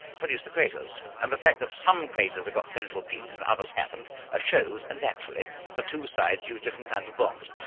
produced the craters. and the fact that some craters have got central peaks and others haven't ah shows, and naturally, that the two sides used different kinds of bombs.